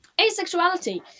asexuality